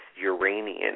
Uranian